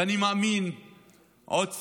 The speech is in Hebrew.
ואני מאמין שעוד שרים,